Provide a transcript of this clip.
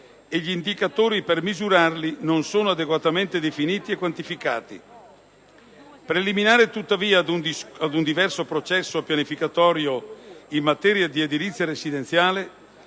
e gli indicatori per misurarli non sono adeguatamente definiti e quantificati. Preliminare, tuttavia, ad un diverso processo pianificatorio in materia di edilizia residenziale